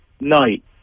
night